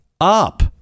up